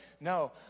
No